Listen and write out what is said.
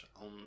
on